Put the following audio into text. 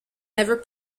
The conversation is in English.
never